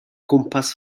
gwmpas